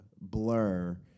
blur